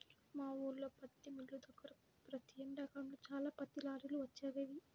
మా ఊల్లో పత్తి మిల్లు దగ్గర ప్రతి ఎండాకాలంలో చాలా పత్తి లారీలు వచ్చి ఆగేవి